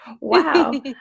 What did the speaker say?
wow